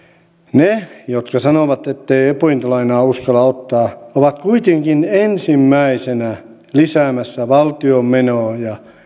ne jotka sanovat ettei opintolainaa uskalla ottaa ovat kuitenkin ensimmäisenä lisäämässä valtion menoja